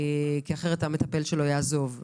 אחרת המטפל שלו יעזוב.